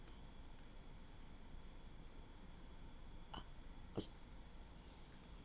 ah s~